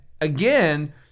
again